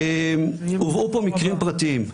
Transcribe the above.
הובאו פה מקרים פרטיים,